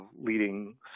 leading